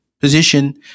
position